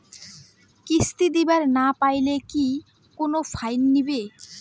কিস্তি দিবার না পাইলে কি কোনো ফাইন নিবে?